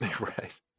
right